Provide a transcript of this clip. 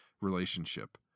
relationship